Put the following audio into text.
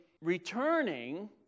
returning